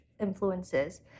influences